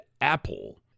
apple